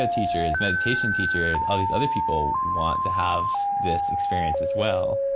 ah teachers, meditation teachers, all these other people want to have this experience as well